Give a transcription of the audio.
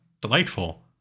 delightful